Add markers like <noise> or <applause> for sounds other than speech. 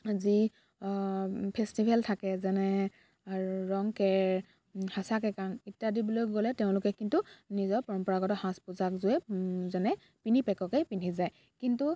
যি ফেষ্টিভেল থাকে যেনে <unintelligible> ৰংকেৰ হাছা কেকাং ইত্যাদিবোৰলৈ গ'লে তেওঁলোকে কিন্তু নিজৰ পৰম্পৰাগত সাজ পোচাকযোৰে যেনে পিনি পেককেই পিন্ধি যায় কিন্তু